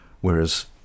Whereas